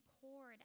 poured